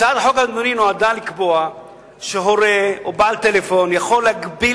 הצעת החוק נועדה לקבוע שהורה או בעל טלפון יכול להגביל